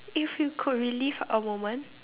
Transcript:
if you could relive a moment